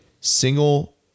single